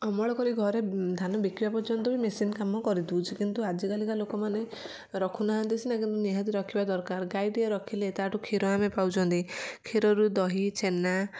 ଅମଳ କରି ଘରେ ଧାନ ବିକିବା ପର୍ଯ୍ୟନ୍ତ ବି ମେସିନ୍ କାମ କରିଦେଉଛି କିନ୍ତୁ ଆଜି କାଲିକା ଲୋକମାନେ ରଖୁନାହାନ୍ତି ସିନା କିନ୍ତୁ ନିହାତି ରଖିବା ଦରକାର ଗାଈଟିଏ ରଖିଲେ ତାଠୁ କ୍ଷୀର ଆମେ ପାଉଛନ୍ତି କ୍ଷୀରରୁ ଦହି ଛେନା